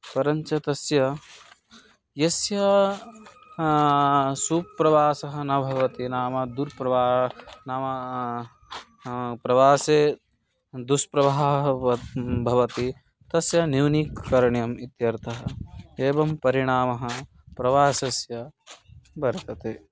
परञ्च तस्य यस्य सुप्रवासः न भवति नाम दुर्प्रवासः नाम प्रवासे दुश्प्रभावः भवति भवति तस्य न्यूनीकरणम् इत्यर्थम् एवं परिणामः प्रवासस्य वर्तते